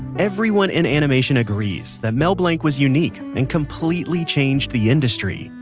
everyone in animation agrees that mel blanc was unique and completely changed the industry.